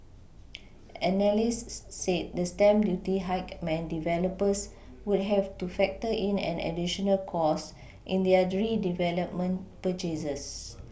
analysts said the stamp duty hike meant developers would have to factor in an additional cost in their redevelopment purchases